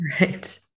right